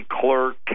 clerk